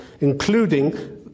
including